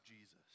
Jesus